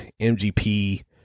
MGP